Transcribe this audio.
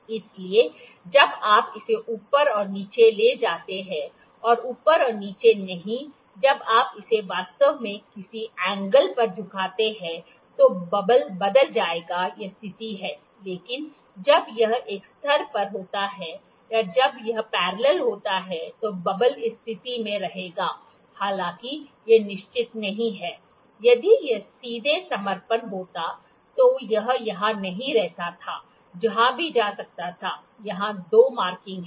इसलिए जब आप इसे ऊपर और नीचे ले जाते हैं ऊपर और नीचे नहीं जब आप इसे वास्तव में किसी एंगल पर झुकाते हैं तो बबल बदल जाएगा यह स्थिति है लेकिन जब यह एक स्तर पर होता है या जब यह पैरेलेल होता है तो बबल इस स्थिति में रहेगा हालाँकि यह निश्चित नहीं है यदि यह सीधे समर्पण होता तो यह यहाँ नहीं रहता या जहाँ भी जा सकता था यहाँ 2 मार्किंग हैं